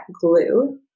glue